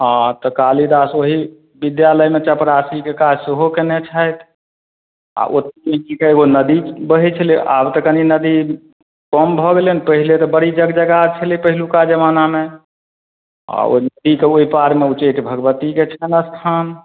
हँ तऽ कालीदास ओहि विद्यालयमे चपरासीके काज सेहो कयने छथि आओर ओ की कहय छै नदी बहय छलै आब तऽ कनि नदी कम भऽ गेलनि पहिले तऽ बड़ी जगजगार छलै पहिलुका जमानामे आओर ओ नदीके ओहि पारमे उचैठ भगवतीके छन्हि स्थान